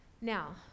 Now